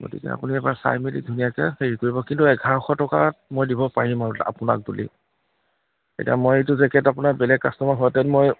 গতিকে আপুনি এবাৰ চাই মেলি ধুনীয়াকৈ হেৰি কৰিব কিন্তু এঘাৰশ টকাত মই দিব পাৰিম আৰু আপোনাক বুলি এতিয়া মই এইটো জেকেট আপোনাৰ বেলেগ কাষ্টমাৰ হোৱাহেঁতেন মই